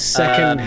second